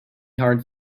hard